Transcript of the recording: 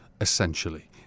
essentially